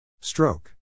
Stroke